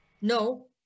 No